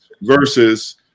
versus